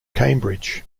cambridge